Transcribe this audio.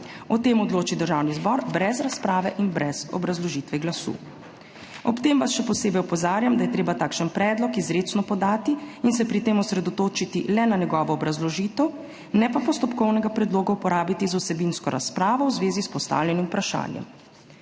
O tem odloči Državni zbor brez razprave in brez obrazložitve glasu. Ob tem vas še posebej opozarjam, da je treba takšen predlog izrecno podati in se pri tem osredotočiti le na njegovo obrazložitev, ne pa postopkovnega predloga uporabiti za vsebinsko razpravo v zvezi s postavljenim vprašanjem.